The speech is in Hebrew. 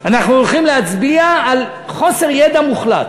אנחנו הולכים להצביע בחוסר ידע מוחלט.